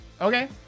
okay